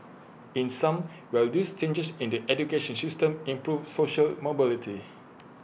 in sum will these changes in the education system improve social mobility